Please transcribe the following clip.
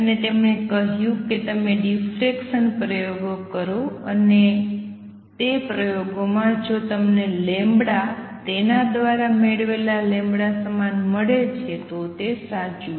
અને તેમણે કહ્યું કે તમે ડિફરેકસન પ્રયોગો કરો અને તે પ્રયોગમાં જો તમને તેના દ્વારા મેળવેલા સમાન મળે છે તો તે છે સાચું